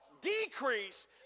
decrease